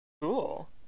Cool